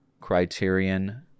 Criterion